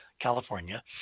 California